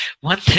one